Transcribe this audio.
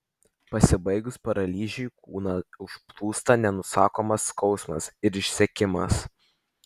pasibaigus paralyžiui kūną užplūsta nenusakomas skausmas ir išsekimas